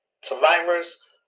Survivors